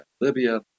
Libya